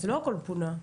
אז לא הכל פונה.